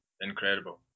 incredible